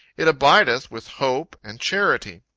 it abideth with hope and charity.